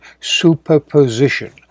superposition